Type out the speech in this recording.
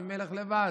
זה מלך לבד,